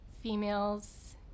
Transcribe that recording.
females